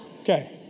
okay